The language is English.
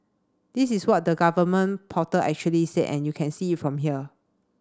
this is what the government portal actually said and you can see it from here